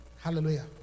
Hallelujah